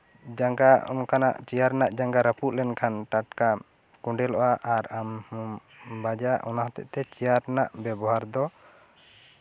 ᱡᱟᱸᱜᱟ ᱚᱱᱠᱟᱱ ᱪᱮᱭᱟᱨ ᱨᱮᱭᱟᱜ ᱡᱟᱸᱜᱟ ᱨᱟᱯᱩᱫ ᱞᱮᱱᱠᱷᱟᱱ ᱴᱟᱴᱠᱟ ᱠᱚᱸᱰᱮᱞᱚᱜᱼᱟ ᱟᱨ ᱟᱢ ᱦᱚᱸᱢ ᱵᱟᱡᱟᱜ ᱚᱱᱟ ᱦᱚᱛᱮᱡ ᱛᱮ ᱪᱮᱭᱟᱨ ᱨᱮᱭᱟᱜ ᱵᱮᱵᱚᱦᱟᱨ ᱫᱚ